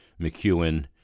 McEwen